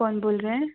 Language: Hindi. कौन बोल रहा है